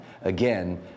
again